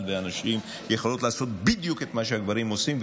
והנשים יכולות לעשות בדיוק את מה שהגברים עושים,